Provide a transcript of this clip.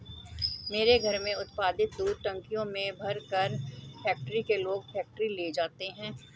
मेरे घर में उत्पादित दूध टंकियों में भरकर फैक्ट्री के लोग फैक्ट्री ले जाते हैं